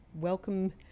welcome